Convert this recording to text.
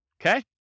okay